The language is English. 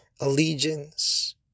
allegiance